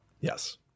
Yes